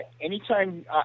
Anytime –